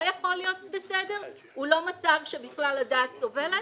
יכול להיות בסדר הוא לא מצב שבכלל הדעת סובלת.